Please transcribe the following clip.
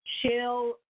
Shell